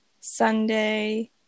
Sunday